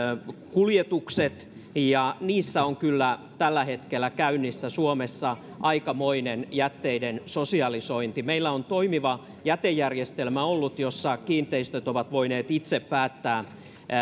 kuljetukset ja niissä on kyllä tällä hetkellä käynnissä suomessa aikamoinen jätteiden sosialisointi meillä on ollut toimiva jätejärjestelmä jossa kiinteistöt ovat voineet itse päättää